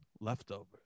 leftovers